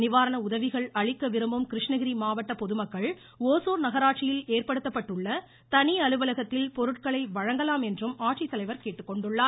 நிவாரண உதவிகள் அளிக்க விரும்பும் கிருஷ்ணகிரி மாவட்ட பொதுமக்கள் ஒசூர் நகராட்சியில் ஏற்படுத்தப்பட்டுள்ள தனி அலுவலகத்தில் பொருட்களை வழங்கலாம் என்றும் ஆட்சித்தலைவர் கேட்டுக்கொண்டுள்ளார்